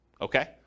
Okay